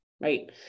right